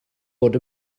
fod